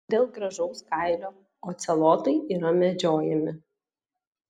dėl gražaus kailio ocelotai yra medžiojami